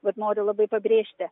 vat noriu labai pabrėžti